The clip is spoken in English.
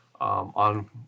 on